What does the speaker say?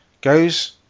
goes